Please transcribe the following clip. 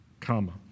comma